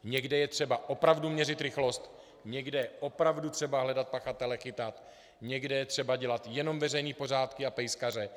Někde je třeba opravdu měřit rychlost, někde je opravdu třeba hledat pachatele, chytat, někde je třeba dělat jenom veřejné pořádky a pejskaře.